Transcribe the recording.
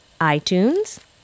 iTunes